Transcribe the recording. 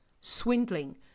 swindling